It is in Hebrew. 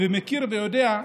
ומכיר ויודע: